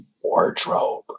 wardrobe